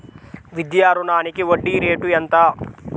విద్యా రుణానికి వడ్డీ రేటు ఎంత?